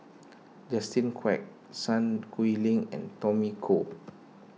Justin Quek Sun Xueling and Tommy Koh